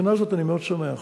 מהבחינה הזאת אני מאוד שמח